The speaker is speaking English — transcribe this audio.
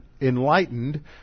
enlightened